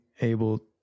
able